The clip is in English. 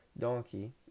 donkey